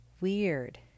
weird